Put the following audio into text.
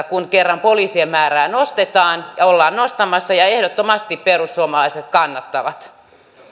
kun kerran poliisien määrää ollaan nostamassa ja ehdottomasti perussuomalaiset kannattavat